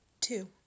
Two